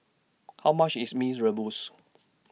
How much IS Mee's Rebus